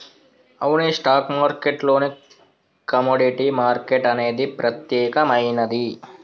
అవునే stock market లోనే commodity market అనేది ప్రత్యేకమైనది